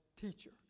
teacher